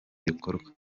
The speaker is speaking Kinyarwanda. gikorwa